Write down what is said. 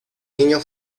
niño